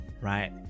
right